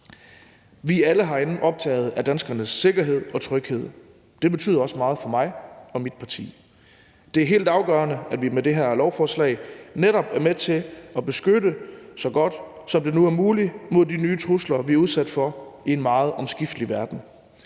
er alle herinde optaget af danskernes sikkerhed og tryghed. Det betyder også meget for mig og mit parti. Det er helt afgørende, at vi med det her lovforslag netop er med til at beskytte så godt, som det nu er muligt, imod de nye trusler, vi er udsat for i en meget omskiftelig verden.